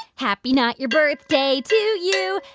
happy not-your-birthday to you.